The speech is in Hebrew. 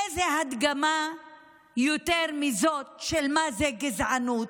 איזו הדגמה יותר מזו של מה זו גזענות?